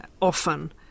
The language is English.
often